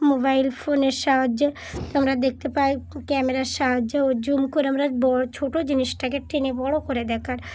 mobile ফোনের সাহায্যে আমরা দেখতে পাই ক্যামেরার সাহায্যে ও জুম করে আমরা বড়ো ছোটো জিনিসটাকে টেনে বড়ো করে দেখার